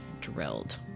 drilled